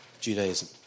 Judaism